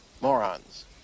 Morons